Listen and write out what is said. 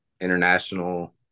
international